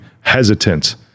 hesitant